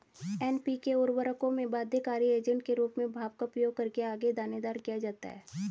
NPK उर्वरकों में बाध्यकारी एजेंट के रूप में भाप का उपयोग करके आगे दानेदार किया जाता है